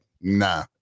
nah